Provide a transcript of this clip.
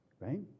Right